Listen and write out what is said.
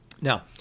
Now